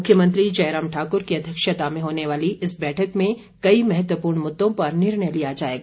मुख्यमंत्री जयराम ठाकुर की अध्यक्षता में होने वाली इस बैठक में कई महत्वपूर्ण मुद्दों पर निर्णय लिया जाएगा